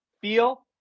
feel